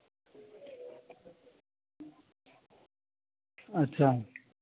अच्छा